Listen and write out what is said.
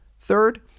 Third